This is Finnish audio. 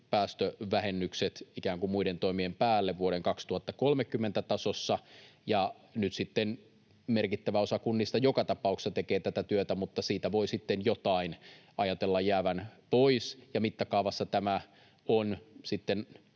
päästövähennykset ikään kuin muiden toimien päälle vuoden 2030 tasossa. Nyt sitten merkittävä osa kunnista joka tapauksessa tekee tätä työtä, mutta siitä voi sitten jotain ajatella jäävän pois. Mittakaavassa tämä on sitten